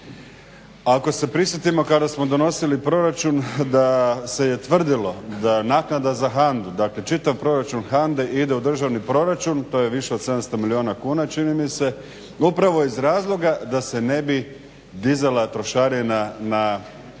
Ako se prisjetimo kada smo donosili proračun da se tvrdilo da naknada za HANDA-u, dakle čitav proračun HANDA-e ide u državni proračun, to je više od 700 milijuna kuna čini mi se, upravo iz razloga da se ne bi dizala trošarina na određene